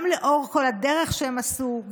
גם לאור כל הדרך שהם עשו,